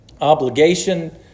obligation